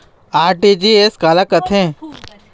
RTGS काला कथें?